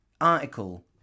article